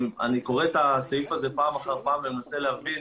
אני קורא את הסעיף הזה פעם אחר פעם ומנסה להבין